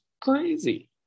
crazy